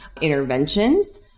interventions